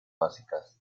básicas